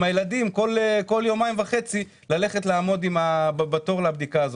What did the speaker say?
הילדים כל יומיים וחצי לעמוד בתור לבדיקה הזאת.